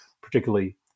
particularly